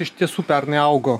iš tiesų pernai augo